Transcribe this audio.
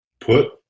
put